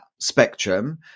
spectrum